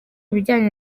ibijyanye